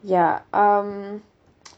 ya um